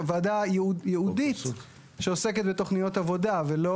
הוועדה ייעודית שעוסקת בתכניות עבודה ולא